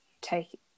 take